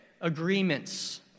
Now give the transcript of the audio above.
agreements